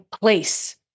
place